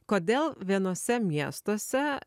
kodėl vienuose miestuose